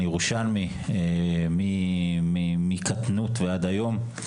אני ירושלמי מקטנות ועד היום.